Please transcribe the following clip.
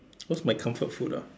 what's my comfort food ah